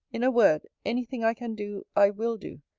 in a word, any thing i can do, i will do,